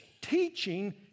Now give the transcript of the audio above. teaching